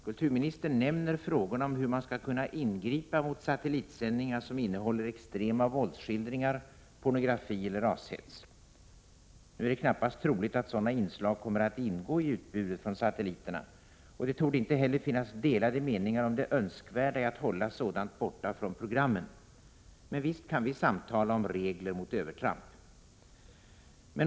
Kulturministern nämner frågorna om hur man skall kunna ingripa mot satellitsändningar som innehåller extrema våldsskildringar, pornografi eller rashets. Det är emellertid knappast troligt att sådana inslag kommer att ingå i utbudet från satelliterna. Det torde inte heller finnas delade meningar om det önskvärda i att hålla sådant borta från programmen. Men visst kan vi samtala om regler mot övertramp.